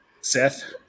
Seth